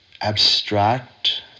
abstract